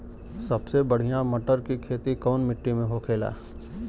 सबसे बढ़ियां मटर की खेती कवन मिट्टी में होखेला?